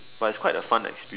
but it's quite a fun experience